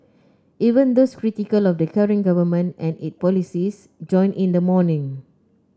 even those critical of the current government and its policies joined in the mourning